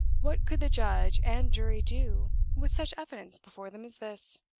what could the judge and jury do with such evidence before them as this?